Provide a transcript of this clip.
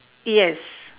yes